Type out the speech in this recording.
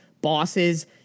bosses